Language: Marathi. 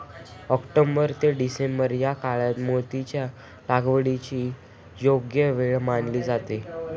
ऑक्टोबर ते डिसेंबर या काळात मोत्यांच्या लागवडीची योग्य वेळ मानली जाते